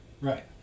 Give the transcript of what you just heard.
Right